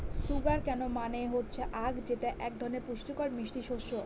sugar কেন মানে হচ্ছে আঁখ যেটা এক ধরনের পুষ্টিকর মিষ্টি শস্য